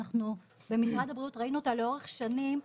אנחנו במשרד הבריאות ראינו אותה לאורך שנים.